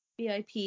vip